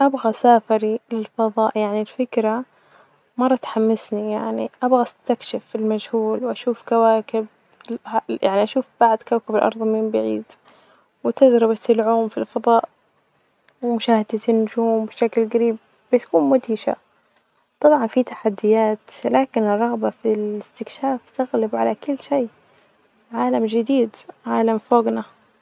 أبغي أسافر للفظاء يعني الفكرة مرة تحمسنييعني ،أبغي أستكشف المجهول وأشوف كواكب يعني أشوف بعد كوكب الأرظ من بعيد، وتجربة العوم في الفظاء، ومشاهدة النجوم بشكل جريب بتكون مدهشة، طبعا في تحديات لكن الرغبة في الإستكشاف تغلب علي كل شئ، عالم جديد عالم فوجنا.